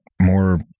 more